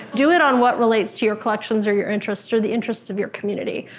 do it on what relates to your collections, or your interests, or the interests of your community.